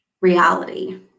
reality